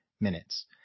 minutes